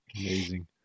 amazing